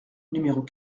numéros